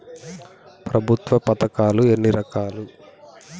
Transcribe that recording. ప్రభుత్వ పథకాలు ఎన్ని రకాలు?